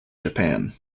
japan